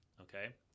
Okay